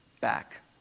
back